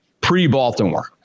pre-baltimore